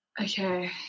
Okay